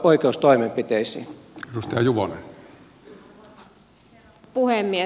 arvoisa herra puhemies